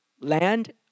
land